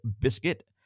biscuit